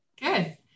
good